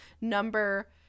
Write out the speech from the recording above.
Number